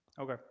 Okay